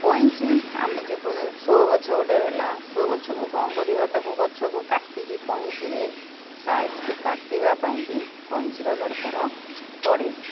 କଇଁଚି ଆମେ ଯେକୌଣସ ସୋ ଗଛ ଗୋଟେ ହେଲା ସୋ ଗଛକୁ କଣ କରିବା ତାକୁ ଗଛକୁ କାଟିକି କଇଁଚିରେ ସାଇଜ୍ କି କାଟିବା ପାଇଁ ବି କଇଁଚିର ଦରକାର ପଡ଼େ